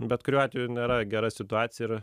bet kuriuo atveju nėra gera situacija ir